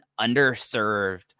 underserved